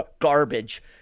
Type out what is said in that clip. garbage